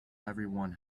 everyone